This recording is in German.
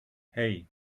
hei